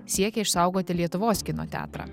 siekė išsaugoti lietuvos kino teatrą